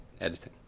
editing